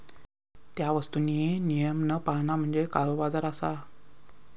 त्या वस्तुंनी नियम न पाळणा म्हणजे काळोबाजार असा